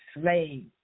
slave